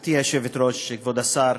גברתי היושבת-ראש, כבוד השר,